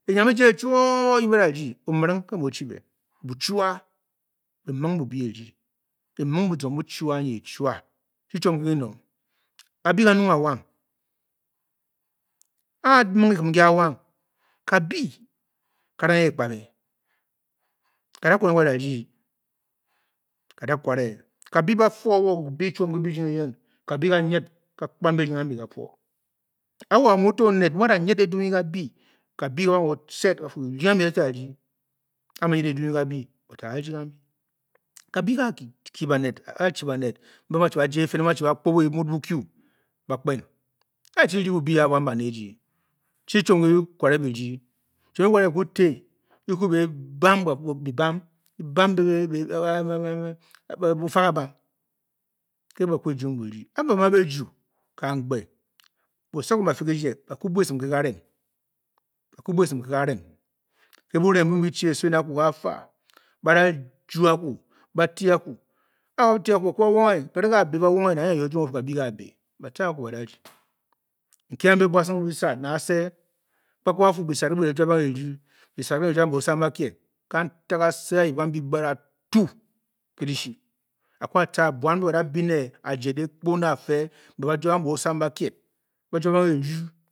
Eyiam ejie chuoo nyi bi da rdi omiring ke mu o-chii beh bu. chua, Be ming bubyi e-rdi be ming buzong buchua anyi e-chua, chi chiom ngi ki nong kabyi ka nung awang a ming kikim nkyi awang kabyi ka dang egbare, ka da kware mu ba da rdi-ka da kware. kabyi ba faa owo kíbé chiom. Kě birding eyen kabyi ka nyid ka-kpan birding ambi ka-puo a a wo a-muu to oned muu o-da nyid edwu nyi kabyi kabyi ga ba o sed ga fuu birding ambi daachi a-rdi, wo to-a ndigambi. kabyi ka chi baned mbe mú ba chí ba kpu ke mud bukwiu ba-kpen danghe e-chirding bubyi aa buan bane ejii chi chiom ki kikware bi rdii chiom ki kikware bi kwu tè ki kwu be e-bam gi bam, ki bam bé bu fa ga bam, nke bí bua bi kuu bi jung bi rdi ǎa bǎ muu à bě jûu kamgbě osokom bǎ fé kiĵie, bakwa bua esim ke kare ke bure mbuu bi muu bi chi eso èné akwu ga faa, bǎ dǎ juǔ a kwu, a a ba tě akwu ba kwu ba wonghe, erenge bakwu ba wonghe, erenge bakwu ba wonghe namye-nangye o-jo o-fuu kabyí kǎ-bě, ba-tca akwu ba-da rdi ekie mbe bua sung bi sàd nè asé-kpakpa ba fuu bísàd mbii bi juabe bo-osang bakie, kantig àsè a-yib gambi, gbaad a-tuu. Ke dishi a kwu atca, buan mbe baa-da bi ne ajie dehkpu ne bafe be ba juabang bo-osang bakie ba juabang eru